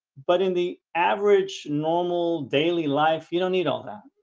but in the average normal daily life, you don't need all that,